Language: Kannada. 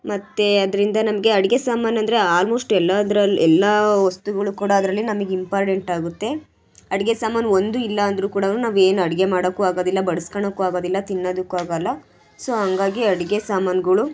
ಮತ್ತೆ ಅದರಿಂದ ನಮಗೆ ಅಡುಗೆ ಸಾಮಾನು ಅಂದರೆ ಆಲ್ಮೋಶ್ಟ್ ಎಲ್ಲಾದ್ರಲ್ಲಿ ಎಲ್ಲ ವಸ್ತುಗಳು ಕೂಡ ಅದರಲ್ಲಿ ನಮಗ್ ಇಂಪಾರ್ಡೆಂಟ್ ಆಗುತ್ತೆ ಅಡುಗೆ ಸಾಮಾನು ಒಂದು ಇಲ್ಲ ಅಂದರೂ ಕೂಡಾನು ನಾವು ಏನು ಅಡುಗೆ ಮಾಡೋಕ್ಕೂ ಆಗೋದಿಲ್ಲ ಬಡಿಸ್ಕೋಳಕ್ಕೂ ಆಗೋದಿಲ್ಲ ತಿನ್ನೋದಕ್ಕು ಆಗೋಲ್ಲ ಸೊ ಹಾಗಾಗಿ ಅಡುಗೆ ಸಾಮಾನುಗಳು